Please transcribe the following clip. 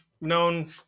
known